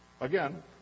Again